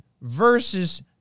versus